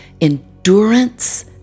endurance